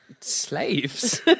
slaves